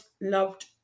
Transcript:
loved